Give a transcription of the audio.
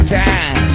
time